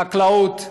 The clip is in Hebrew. החקלאות.